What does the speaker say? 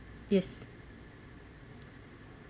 yes